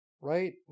right